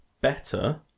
better